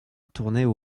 tournaient